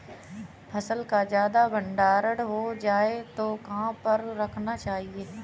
फसल का ज्यादा भंडारण हो जाए तो कहाँ पर रखना चाहिए?